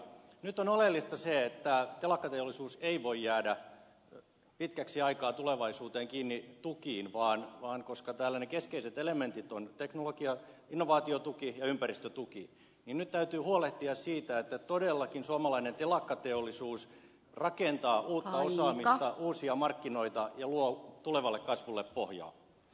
nyt on oleellista se että telakkateollisuus ei voi jäädä pitkäksi aikaa tulevaisuuteen kiinni tukiin vaan koska täällä ne keskeiset elementit ovat teknologia innovaatio ja ympäristötuki niin nyt täytyy huolehtia siitä että todellakin suomalainen telakkateollisuus rakentaa uutta osaamista uusia markkinoita ja luo tulevalle kasvulle pohjaa